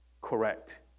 correct